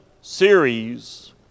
series